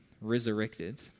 resurrected